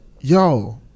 Yo